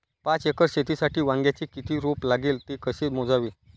पाच एकर शेतीसाठी वांग्याचे किती रोप लागेल? ते कसे मोजावे?